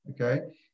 okay